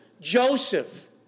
Joseph